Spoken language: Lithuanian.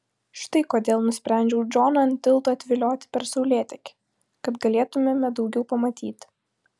štai kodėl nusprendžiau džoną ant tilto atvilioti per saulėtekį kad galėtumėme daugiau pamatyti